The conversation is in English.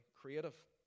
creative